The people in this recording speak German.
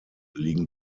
liegen